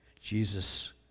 Jesus